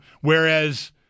whereas